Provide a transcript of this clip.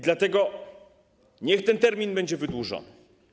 Dlatego niech ten termin będzie wydłużony.